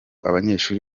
abanyeshuri